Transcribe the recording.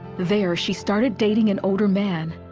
there she started dating an older man.